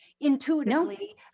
intuitively